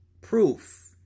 proof